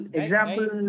example